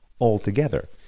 altogether